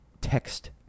text